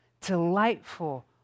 delightful